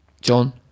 John